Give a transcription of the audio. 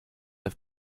have